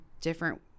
different